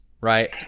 Right